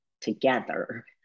together